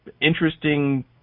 interesting